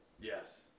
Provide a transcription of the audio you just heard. Yes